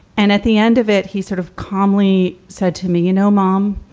and at the end of it, he sort of calmly said to me, you know, mom,